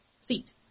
Feet